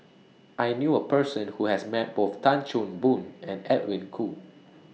I knew A Person Who has Met Both Tan Chan Boon and Edwin Koo